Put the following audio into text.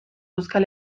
euskal